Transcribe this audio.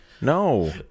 No